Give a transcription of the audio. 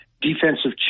defensive